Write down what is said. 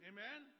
Amen